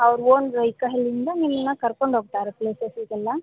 ಅವ್ರ ಓನ್ ವೆಯಿಕಲಿಂದ ನಿಮ್ಮನ್ನ ಕರ್ಕೊಂಡು ಹೋಗ್ತಾರೆ ಪ್ಲೇಸಸಿಗೆಲ್ಲ